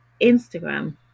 Instagram